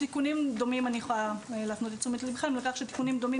אני יכולה להפנות את תשומת ליבכם לכך שתיקונים דומים